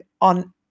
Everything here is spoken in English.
on